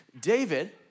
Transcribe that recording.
David